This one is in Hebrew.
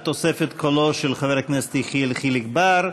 בתוספת קולו של חבר הכנסת יחיאל חיליק בר,